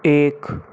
एक